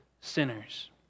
sinners